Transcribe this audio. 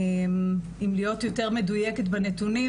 להיות יותר מדויקת בנתונים